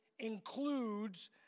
includes